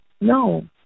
no